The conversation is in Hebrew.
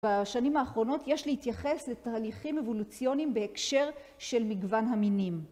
בשנים האחרונות יש להתייחס לתהליכים אבולוציוניים בהקשר של מגוון המינים.